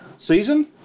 Season